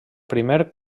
primer